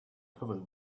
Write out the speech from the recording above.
covered